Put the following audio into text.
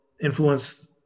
influence